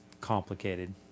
complicated